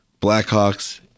Blackhawks